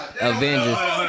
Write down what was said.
Avengers